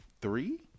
three